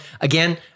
again